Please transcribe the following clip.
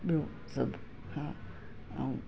ॿियो सभु हा ऐं